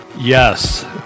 Yes